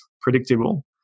predictable